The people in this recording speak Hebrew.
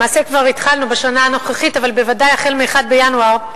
למעשה כבר התחלנו בשנה הנוכחית אבל בוודאי החל מ-1 בינואר,